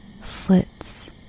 slits